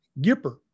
Gipper